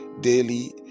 daily